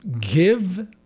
give